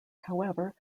however